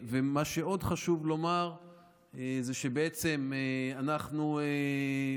מה שעוד חשוב לומר זה שאנחנו מתכננים,